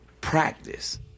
practice